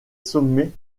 sommet